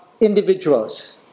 individuals